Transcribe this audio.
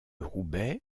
roubaix